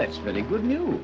that's really good knew